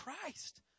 Christ